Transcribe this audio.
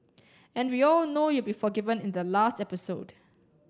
and we all know you'll be forgiven in the last episode